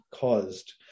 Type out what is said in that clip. caused